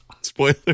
Spoiler